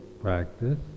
practice